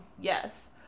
yes